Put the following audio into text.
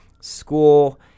school